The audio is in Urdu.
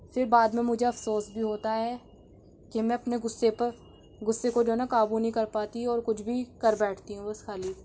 پھر بعد مجھے افسوس بھی ہوتا ہے کہ میں اپنے غصّے پر غصّے کو جو ہے نہ قابو نہیں کر پاتی اور کچھ بھی کر بیٹھتی ہوں بس خالی